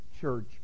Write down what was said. church